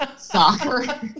Soccer